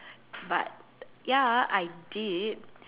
but ya I did